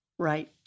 Right